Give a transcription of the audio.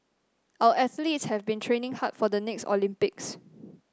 our athletes have been training hard for the next Olympics